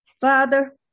father